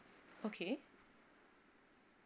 okay